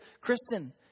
Kristen